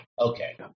okay